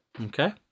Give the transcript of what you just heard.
Okay